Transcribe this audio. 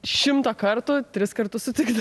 šimto kartų tris kartus sutikdavo